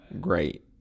Great